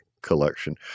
collection